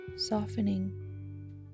Softening